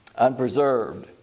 Unpreserved